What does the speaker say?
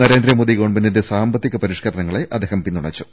നരേന്ദ്രമോദി ഗവൺമെന്റിന്റെ സാമ്പത്തിക പരിഷ്കരണ ങ്ങളെ അദ്ദേഹം പിന്തുണച്ചു